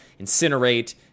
Incinerate